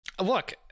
look